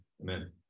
Amen